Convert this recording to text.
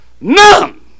none